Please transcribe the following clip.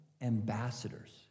ambassadors